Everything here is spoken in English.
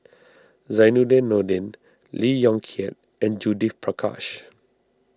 Zainudin Nordin Lee Yong Kiat and Judith Prakash